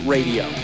Radio